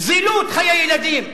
זילות חיי ילדים.